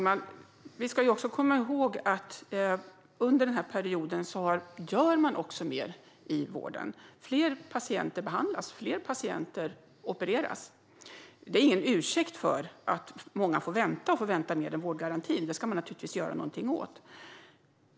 Herr talman! Vi ska komma ihåg att under den här perioden gör man också mer i vården. Fler patienter behandlas och fler patienter opereras. Det är ingen ursäkt för att många får vänta och att många får vänta längre än vårdgarantin. Det ska man naturligtvis göra någonting åt.